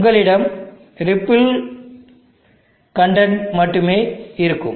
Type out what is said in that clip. உங்களிடம் ripple content மட்டுமே இருக்கும்